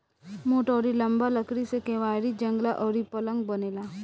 मोट अउरी लंबा लकड़ी से केवाड़ी, जंगला अउरी पलंग बनेला